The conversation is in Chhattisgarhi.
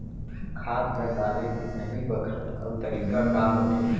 खाद ल डाले के सही बखत अऊ तरीका का होथे?